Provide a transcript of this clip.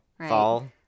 Fall